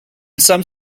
some